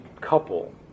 couple